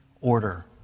order